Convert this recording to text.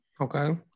Okay